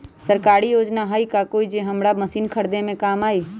सरकारी योजना हई का कोइ जे से हमरा मशीन खरीदे में काम आई?